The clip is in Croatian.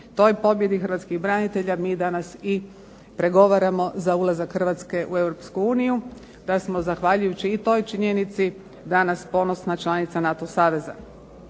toj pobjedi hrvatskih branitelja mi danas i pregovaramo za ulazak Hrvatske u Europsku uniju, da smo zahvaljujući i toj činjenici danas ponosna članica NATO saveza.